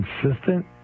consistent